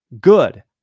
good